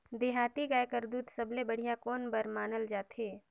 देहाती गाय कर दूध सबले बढ़िया कौन बर मानल जाथे?